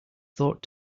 thought